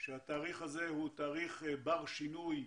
אז התאריך הזה הוא בר שינוי.